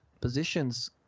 positions